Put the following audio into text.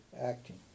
acting